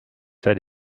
said